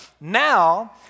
Now